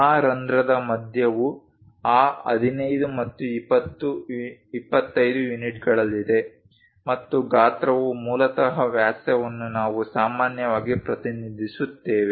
ಆ ರಂಧ್ರದ ಮಧ್ಯವು ಆ 15 ಮತ್ತು 25 ಯೂನಿಟ್ಗಳಲ್ಲಿದೆ ಮತ್ತು ಗಾತ್ರವು ಮೂಲತಃ ವ್ಯಾಸವನ್ನು ನಾವು ಸಾಮಾನ್ಯವಾಗಿ ಪ್ರತಿನಿಧಿಸುತ್ತೇವೆ